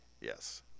Yes